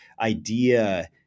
idea